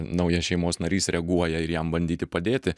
naujas šeimos narys reaguoja ir jam bandyti padėti